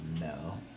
no